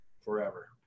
forever